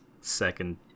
second